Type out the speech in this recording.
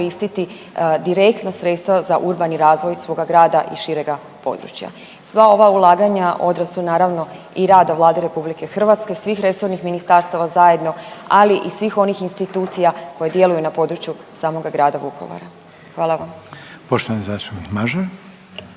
koristiti direktno sredstva za urbani razvoj svoga grada i šireg područja. Sva ova ulaganja odraz su naravno i rada Vlade Republike Hrvatske, svih resornih ministarstava zajedno, ali i svih onih institucija koji djeluju na području samoga grada Vukovara. Hvala vam.